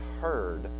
heard